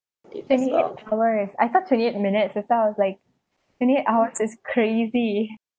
twenty eight hours I thought twenty eight minutes that's why I was like twenty eight hours is crazy